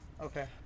Okay